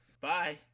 Bye